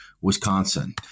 Wisconsin